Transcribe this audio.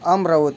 Amravati